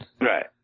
Right